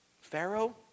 Pharaoh